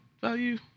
value